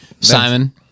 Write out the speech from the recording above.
Simon